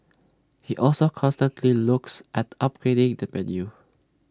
he also constantly looks at upgrading the menu